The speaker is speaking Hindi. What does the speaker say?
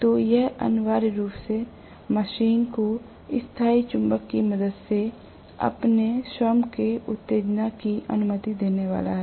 तो यह अनिवार्य रूप से मशीन को स्थायी चुंबक की मदद से अपने स्वयं के उत्तेजना की अनुमति देने वाला है